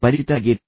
ಪರಿಚಿತರಾಗಿರಿ